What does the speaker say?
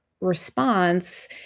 response